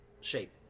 shape